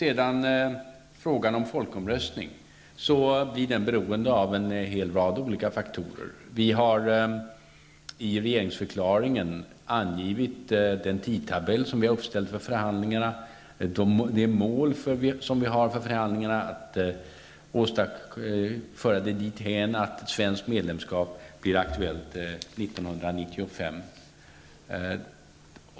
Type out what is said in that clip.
En folkomröstning blir beroende av en hel rad olika faktorer. Vi har i regeringsförklaringen angivit den tidtabell som är fastställd för förhandlingarna och det mål som vi har, nämligen att förhandlingarna skall föras dithän att det blir aktuellt med ett svenskt medlemskap 1995.